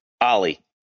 Ollie